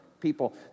People